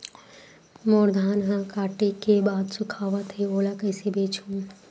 मोर धान ह काटे के बाद सुखावत हे ओला कइसे बेचहु?